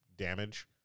Damage